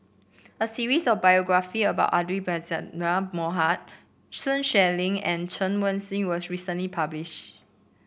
a series of biographies about Abdul Aziz Pakkeer Mohamed Sun Xueling and Chen Wen Hsi was recently published